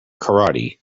karate